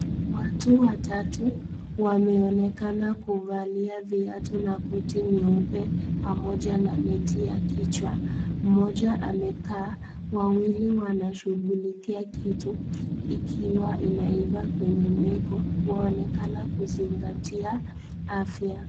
Watu watatu wameonekana kuvalia viatu na koti nyeupe pamoja na neti ya kichwa ,mmoja amekaa, wawili wanashughulikia kitu ikiwa inaiva kwenye meko, wanaonekana kuzingatia afya.